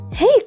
Hey